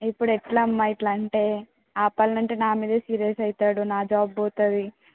ఇప్పుడు ఎలామ్మా ఇలా అంటే ఆపాలంటే నా మీదే సీరియస్ అవుతాడు నా జాబ్ పోతుంది